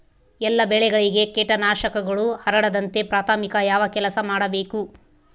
ಎಲ್ಲ ಬೆಳೆಗಳಿಗೆ ಕೇಟನಾಶಕಗಳು ಹರಡದಂತೆ ಪ್ರಾಥಮಿಕ ಯಾವ ಕೆಲಸ ಮಾಡಬೇಕು?